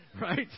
right